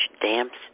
damps